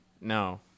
No